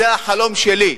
זה החלום שלי.